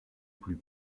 plus